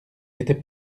était